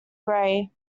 gray